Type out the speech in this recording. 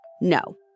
No